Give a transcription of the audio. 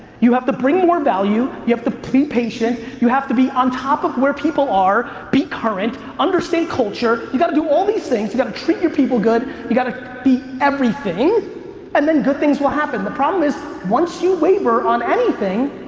you have to bring more value, you have to be patient, you have to be on top of where people are, be current, understand culture, you got to do all these things, you gotta treat your people good, you got to be everything and then good things will happen. the problem is once you waiver on anything,